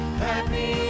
happy